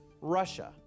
Russia